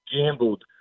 gambled